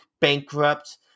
bankrupt